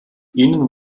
ihnen